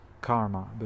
karma